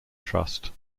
trust